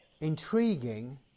intriguing